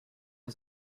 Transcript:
was